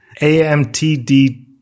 amtd